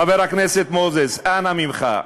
חבר הכנסת מוזס, אנא ממך,